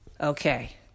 Okay